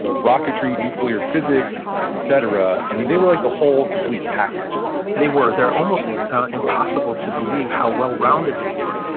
but rocketry, nuclear physics, et cetera. i mean they were like the whole, complete package they were. they're almost impossible to believe how well-rounded they were.